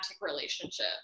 relationship